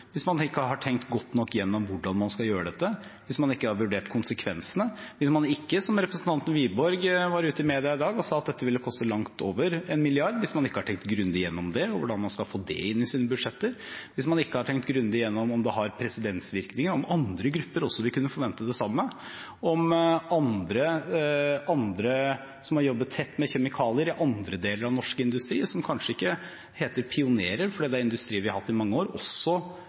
har tenkt godt nok gjennom hvordan man skal gjøre dette, hvis man ikke har vurdert konsekvensene, hvis man ikke – representanten Wiborg var ute i media i dag og sa at dette ville koste langt over 1 milliard – har tenkt grundig gjennom det og hvordan man skal få det inn i sine budsjetter, hvis man ikke har tenkt grundig gjennom om det har presedensvirkninger, og om andre grupper også vil kunne forvente det samme, om andre som har jobbet tett med kjemikalier i andre deler av norsk industri, og som kanskje ikke heter «pionerer», fordi det er industri vi har hatt i mange år, også